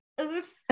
oops